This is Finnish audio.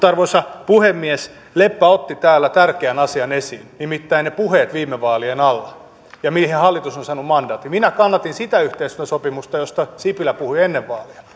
arvoisa puhemies leppä otti täällä tärkeän asian esiin nimittäin ne puheet viime vaalien alla ja mihin hallitus on saanut mandaatin minä kannatin sitä yhteistyösopimusta josta sipilä puhui ennen vaaleja